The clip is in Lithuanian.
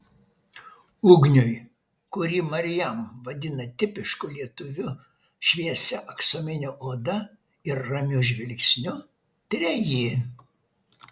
ugniui kurį mariam vadina tipišku lietuviu šviesia aksomine oda ir ramiu žvilgsniu treji